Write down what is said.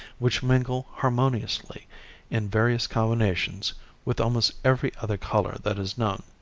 which mingle harmoniously in various combinations with almost every other color that is known.